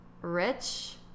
Rich